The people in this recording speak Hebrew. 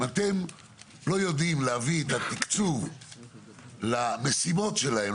אם אתם לא יודעים להביא את התקצוב למשימות שלהם,